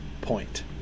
point